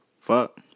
Fuck